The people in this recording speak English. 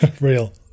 Real